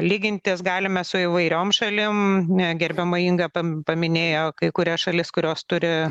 lygintis galime su įvairiom šalim gerbiama inga pam paminėjo kai kurias šalis kurios turi